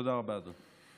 תודה רבה, אדוני.